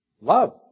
Love